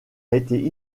été